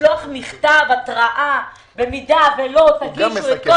לשלוח מכתב התראה: אם לא תגישו את כל